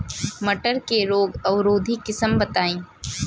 मटर के रोग अवरोधी किस्म बताई?